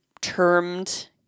termed